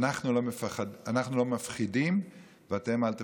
אנחנו לא מפחידים, ואתם, אל תפחדו.